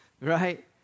Right